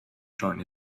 joining